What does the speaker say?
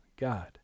God